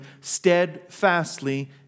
steadfastly